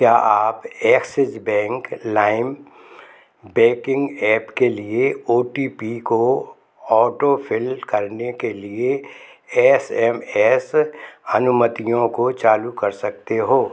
क्या आप Axis bank लाइम बैकिंग ऐप के लिए ओ टी पी को ऑटोफ़िल करने के लिए एस एम एस अनुमतियों को चालू कर सकते हो